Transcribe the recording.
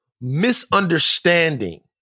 misunderstanding